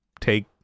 take